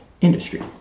industry